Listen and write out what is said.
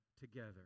together